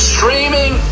Streaming